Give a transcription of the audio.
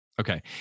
Okay